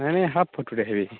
ନାଇଁ ନାଇଁ ହାଫ୍ ଫଟୋଟେ ହେବି